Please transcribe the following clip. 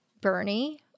Bernie